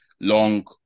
long